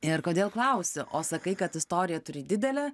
ir kodėl klausiu o sakai kad istoriją turi didelę